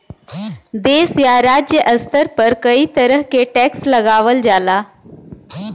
देश या राज्य स्तर पर कई तरह क टैक्स लगावल जाला